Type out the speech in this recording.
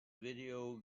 video